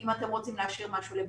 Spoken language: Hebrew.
אם אתם רוצים להשאיר משהו לבדיקה,